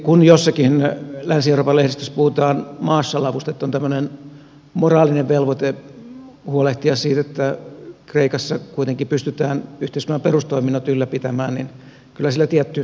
kun jossakin länsi euroopan lehdistössä puhutaan marshall avustetusta että on tämmöinen moraalinen velvoite huolehtia siitä että kreikassa kuitenkin pystytään yhteiskunnan perustoiminnot ylläpitämään niin kyllä sillä tietty pohjansa on